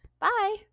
Bye